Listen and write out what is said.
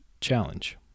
challenge